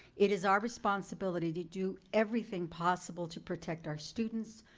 it is our responsibility to do everything possible to protect our students,